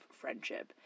friendship